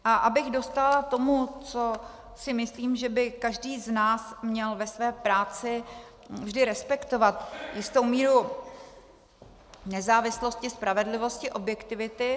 A abych dostála tomu, co si myslím, že by každý z nás měl ve své práci vždy respektovat, jistou míru nezávislosti, spravedlivosti, objektivity.